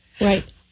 Right